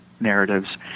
Narratives